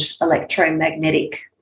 electromagnetic